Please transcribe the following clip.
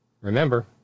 Remember